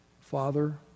Father